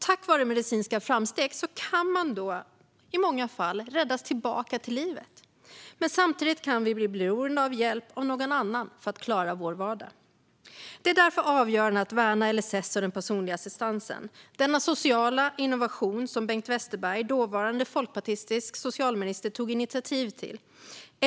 Tack vare medicinska framsteg kan vi då i många fall räddas tillbaka till livet. Men samtidigt kan vi bli beroende av hjälp av någon annan för att klara vår vardag. Det är därför avgörande att värna LSS och den personliga assistansen - denna sociala innovation som Bengt Westerberg, dåvarande folkpartistisk socialminister, tog initiativ till.